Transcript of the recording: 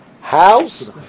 house